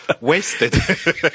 wasted